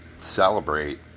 celebrate